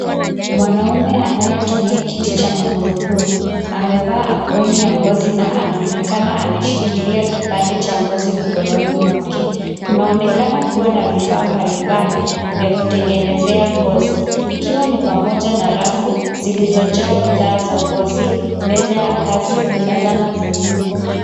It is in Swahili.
Mwanamume anayetumia kiti cha magurudumu amevaa aproni(cs) ya ngozi na anaonekana ameshikilia kipande cha ngozi mkononi mwake. Kunaonekana kuwa na vifaa mbalimbali vya kutengenezea ngozi ikiwa ni pamoja na rafu zilizojaa bidhaa za ngozi, meza ya kazi na zana zingine.